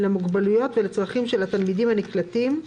למוגבלויותיהם וצרכיהם של התלמידים הנקלטים,